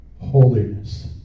holiness